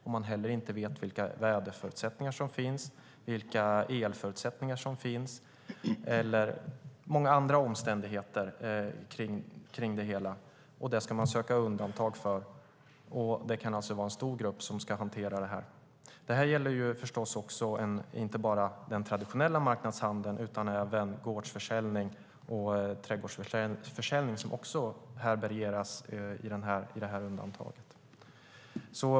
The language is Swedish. Man kanske inte heller vet vilka väderförutsättningar som finns, vilka elförutsättningar som finns eller många andra omständigheter kring det hela, och det ska man söka undantag för. Det kan alltså vara en stor grupp som ska hantera det här. Detta gäller förstås inte bara den traditionella marknadshandeln utan även gårdsförsäljning och trädgårdsförsäljning, som också härbärgeras i undantaget.